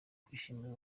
kwishimira